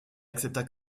accepta